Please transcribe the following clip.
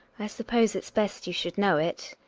i suppose it's best you should know it.